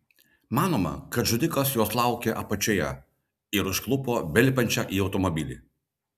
manoma kad žudikas jos laukė apačioje ir užklupo belipančią į automobilį